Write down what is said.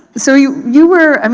so you you were. i mean